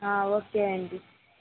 okay అండి